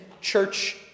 church